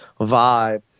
vibe